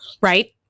Right